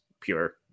pure